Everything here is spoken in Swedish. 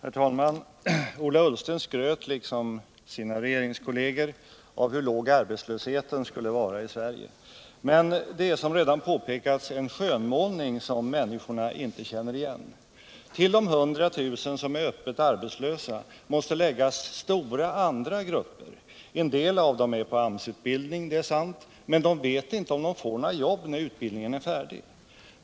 Herr talman! Ola Ullsten skröt liksom sina regeringskollegor om hur låg arbetslösheten är i Sverige. Men det är, som redan har påpekats, en skönmålning som människorna inte känner igen. Till de 100 000 som är öppet arbetslösa måste läggas stora andra grupper. En del är på AMS-utbildning, det är sant, men de vet inte om de får några jobb när utbildningen är färdig.